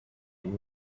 b’u